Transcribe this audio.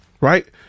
right